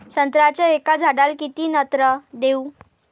संत्र्याच्या एका झाडाले किती नत्र देऊ?